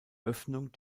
öffnung